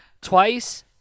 twice